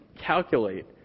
calculate